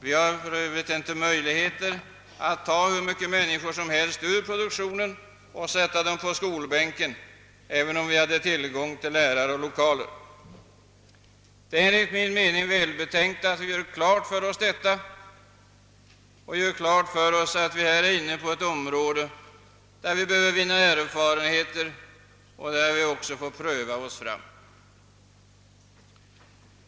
Vi skulle för övrigt inte ha möjligheter att ta hur mycket människor som helst ur produktionen och sätta dem på skolbänken, även om vi hade tillgång till lärare och lokaler. Vi bör göra klart för oss att vi på detta område behöver vinna erfarenhet och pröva oss fram.